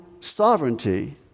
sovereignty